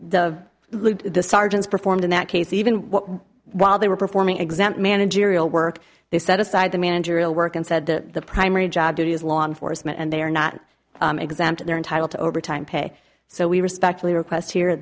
the the sergeants performed in that case even while they were performing exempt managerial work they set aside the managerial work and said that the primary job duties law enforcement and they are not exempt they're entitled to overtime pay so we respectfully request here